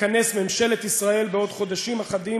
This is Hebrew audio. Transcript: תתכנס ממשלת ישראל בעוד חודשים אחדים